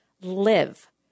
live